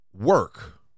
work